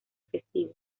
festivo